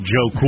Joe